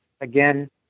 Again